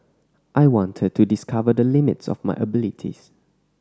I wanted to discover the limits of my abilities